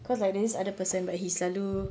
because there was this other person but he selalu